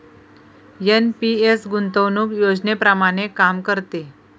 NPS गुंतवणूक योजनेप्रमाणे काम करते